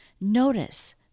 Notice